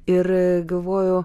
ir galvoju